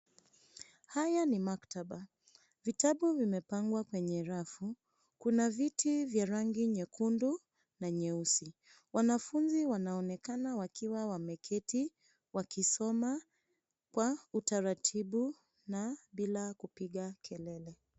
Haya ni maktaba. Vitabu vimepangwa kwenye rafu. Kuna viti vya rangi nyekundu na nyeusi. Wanafunzi wanonekana wakiwa wameketi wakisoma kwa utaratibu na bila kupiga kelele.